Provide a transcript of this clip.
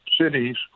cities